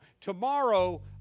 Tomorrow